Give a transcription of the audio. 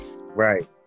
Right